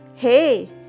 Hey